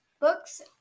books